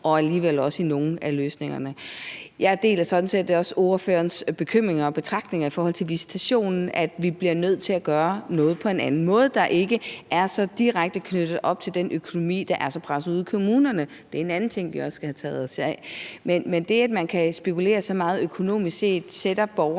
er alligevel også enige om nogle af løsningerne. Jeg deler sådan set også ordførerens bekymringer og betragtninger i forhold til visitationen, altså at vi bliver nødt til at gøre noget på en anden måde, der ikke er så direkte knyttet op til den økonomi, der er så presset ude i kommunerne. Det er en anden ting, vi også skal have taget os af. Men det, at man kan spekulere så meget økonomisk set, sætter borgeren